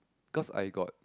cause I got